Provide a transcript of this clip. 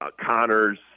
Connors